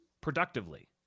productively